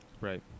Right